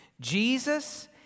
Jesus